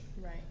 Right